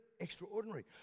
extraordinary